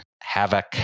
havoc